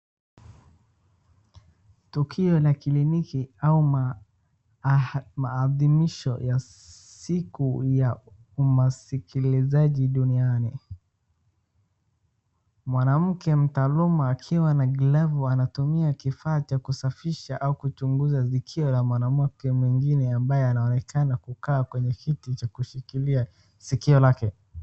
Tukio la cliniki au maadhimisho ya siku ya umasikilizaji duniani, mwanamke mtaaluma akiwa na glavu anatumia kifaa cha kusafisha au kuchunguza skio mwingine ambaye anaonekana kukaa kwenye kiti na kushikilia skio lake.